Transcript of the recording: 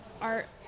art